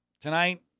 tonight